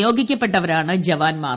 നിയോഗിക്കപ്പെട്ടവരാണ് ജവാൻമാർ